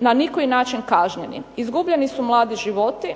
na nikoji način kažnjeni. Izgubljeni su mladi životi.